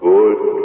Good